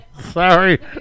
Sorry